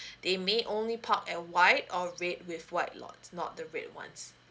they may only park at white or red with white lots not the red ones